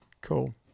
Cool